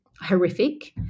horrific